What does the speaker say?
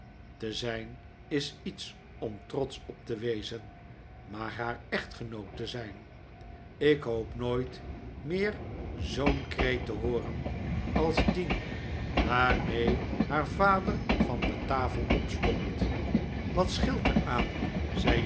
te zijn is iets om trotsch op te wezen maar haar echtgenoot te zijn ik hoop nooit meer zoo'n kreet te hooren als dien waarmee haar vader van de tafel opstond wat scheelt er aan